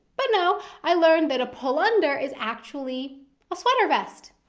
but no, i learned that a pullunder is actually a sweater vest.